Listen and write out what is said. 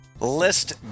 List